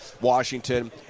washington